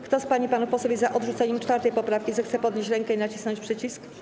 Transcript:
Kto z pań i panów posłów jest za odrzuceniem 4. poprawki, zechce podnieść rękę i nacisnąć przycisk.